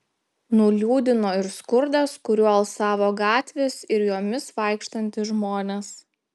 nuliūdino ir skurdas kuriuo alsavo gatvės ir jomis vaikštantys žmonės